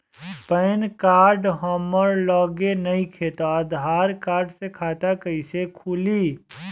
Pan card हमरा लगे नईखे त आधार कार्ड से खाता कैसे खुली?